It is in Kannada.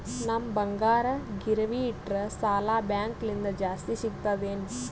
ನಮ್ ಬಂಗಾರ ಗಿರವಿ ಇಟ್ಟರ ಸಾಲ ಬ್ಯಾಂಕ ಲಿಂದ ಜಾಸ್ತಿ ಸಿಗ್ತದಾ ಏನ್?